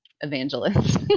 evangelist